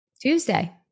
Tuesday